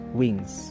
wings